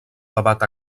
debat